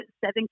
seven